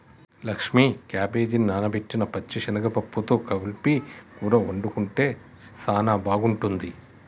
లక్ష్మీ క్యాబేజిని నానబెట్టిన పచ్చిశనగ పప్పుతో కలిపి కూర వండుకుంటే సానా బాగుంటుంది